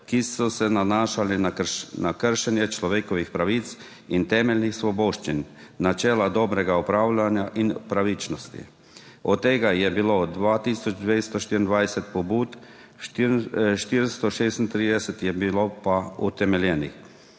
ki so se nanašale na kršenje človekovih pravic in temeljnih svoboščin, načela dobrega upravljanja in pravičnosti. Od tega je bilo 2 tisoč 224 pobud, 436 je bilo pa utemeljenih.